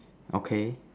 okay